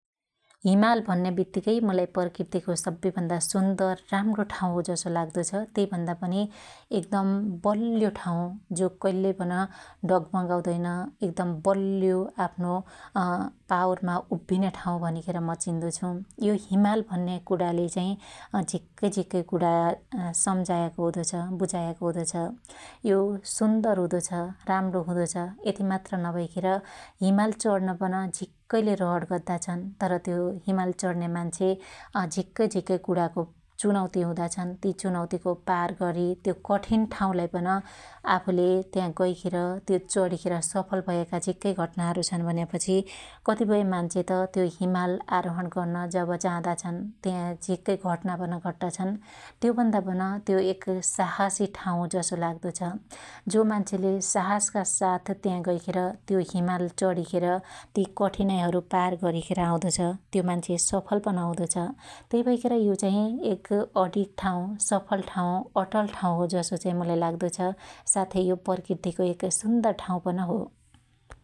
हिमाल भन्या बित्तीकै मुलाई प्रकृतिको सब्बै भन्दा सुन्दर, राम्रो ठाँउ हो जसो लाग्दो छ । त्यइ भन्दा पनि एकदम बल्यो ठाँउ जो कइल्लइ पन डगमगाउदैन एकदम बल्यो आफ्नो पावरमा उभ्भीन्या ठाँउ भनिखेर म चिन्दो छु । यो हिमाल भन्या कुणाले चाई झिक्कै झिक्कै कुणा सम्झायाको हुदो छ बुझायाको हुदो छ । यो सुन्दर हुदो छ, राम्रो हुदो छ । यति मात्र नभैखे हिमाल चणन पन झिक्कैले रहण गर्दा छन् । तर त्यो हिमाल चणन्या मान्छे झिक्कै झिक्कै कुणाको चुनौती हुदा छन् । ति चुनौतीको पार गरी त्यो कठिन ठाँउलाई पन आफुले त्या गैखेर त्यो चणीखेर सफल भयाका झिक्कै घटनाहरु छन् भन्या पछि कतिपय मान्छे त त्यो हिमाल आरोहण गर्न जब जादाछन त्या झिक्कै घटना पन घट्टा छन् । त्यो भन्दा पन त्यो एक साहशी ठाँउ हो जसो लाग्दो छ । जो मान्छेले साहशका साथ त्या गैखेर त्यो हिमाल चणीखेर ति कठीनाईहरु पार गरीखेर आउदो छ त्यो मान्छे सफल पन हुदो छ । तैभैखेर यो चाइ एक अडिक ठाँउ, सफल ठाँउ, अटल ठाँउ हो जसो चाइ मुलाई लाग्दो छ । साथै यो प्रकृतिको एक सुन्दर ठाँउ पन हो ।